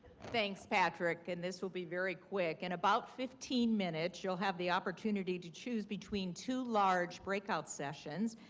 thanks, patrick. and this will be very quick. in and about fifteen minutes you'll have the opportunity to choose between two large break out sessions.